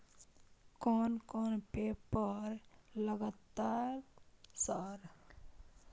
कोन कौन पेपर लगतै सर?